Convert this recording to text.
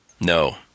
No